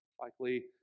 Likely